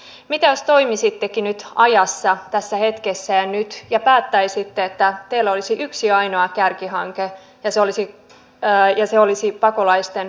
mitä jos toimisittekin nyt ajassa tässä hetkessä ja nyt ja päättäisitte että teillä olisi yksi ainoa kärkihanke ja se olisi pakolaisten kotoutuminen